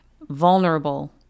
vulnerable